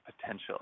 potential